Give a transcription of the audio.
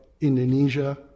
Indonesia